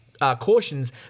cautions